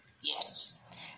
Yes